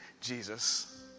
Jesus